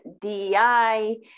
DEI